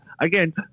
Again